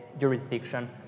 jurisdiction